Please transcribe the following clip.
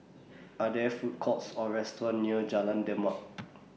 Are There Food Courts Or restaurants near Jalan Demak